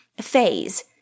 phase